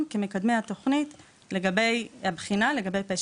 כמקדמי התוכנית לגבי הבחינה ולגבי פשר התוכנית.